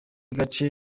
agace